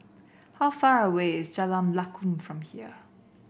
how far away is Jalan Lakum from here